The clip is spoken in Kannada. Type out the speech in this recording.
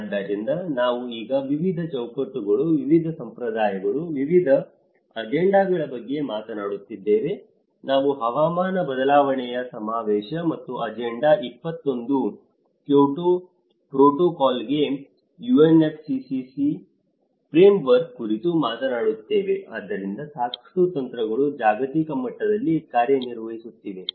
ಆದ್ದರಿಂದ ನಾವು ಈಗ ವಿವಿಧ ಚೌಕಟ್ಟುಗಳು ವಿವಿಧ ಸಂಪ್ರದಾಯಗಳು ವಿವಿಧ ಅಜೆಂಡಾಗಳ ಬಗ್ಗೆ ಮಾತನಾಡುತ್ತಿದ್ದೇವೆ ನಾವು ಹವಾಮಾನ ಬದಲಾವಣೆಯ ಸಮಾವೇಶ ಮತ್ತು ಅಜೆಂಡಾ 21 ಕ್ಯೋಟೋ ಪ್ರೋಟೋಕಾಲ್ಗಾಗಿ UNFCCC ಫ್ರೇಮ್ವರ್ಕ್ ಕುರಿತು ಮಾತನಾಡುತ್ತೇವೆ ಆದ್ದರಿಂದ ಸಾಕಷ್ಟು ತಂತ್ರಗಳು ಜಾಗತಿಕ ಮಟ್ಟದಲ್ಲಿ ಕಾರ್ಯನಿರ್ವಹಿಸುತ್ತಿವೆ